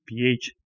pH